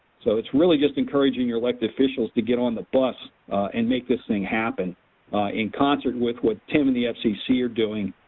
so it's really just encouraging your elect officials to get on the bus and make this thing happen in concert with what tim and the fcc are doing